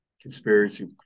conspiracy